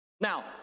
Now